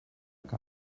que